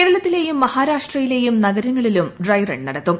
കേരളത്തിലെയും മഹാരാഷ്ട്രയിലെയും നഗരങ്ങളിലും ഡ്രൈ റൺ നടത്തും